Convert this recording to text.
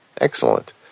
Excellent